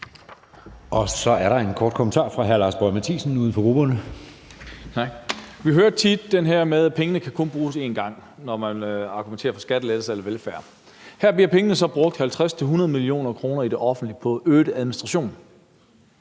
uden for grupperne. Kl. 12:52 Lars Boje Mathiesen (UFG): Tak. Vi hører tit det her med, at pengene kun kan bruges en gang, når man vil argumentere for skattelettelser eller velfærd. Her bliver pengene så brugt, ved at 50-100 mio. kr. i det offentlige bruges på øget administration.